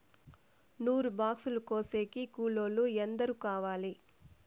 నూరు బాక్సులు కోసేకి కూలోల్లు ఎందరు కావాలి?